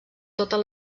totes